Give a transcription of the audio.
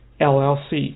LLC